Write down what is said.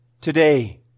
today